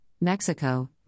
Mexico